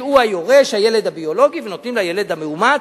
שהוא היורש, הילד הביולוגי, ונותנים לילד המאומץ,